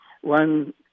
One